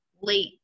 late